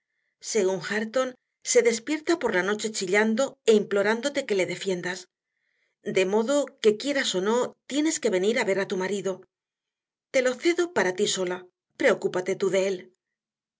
según hareton se despierta por la noche chillando o implorándote que le defiendas de modo que quieras o no tienes que venir a ver a tu marido te lo cedo para ti sola preocúpate tú de él